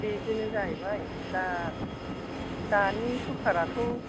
बेदिनो जाहैबाय दा दानि सरखाराथ'